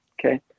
okay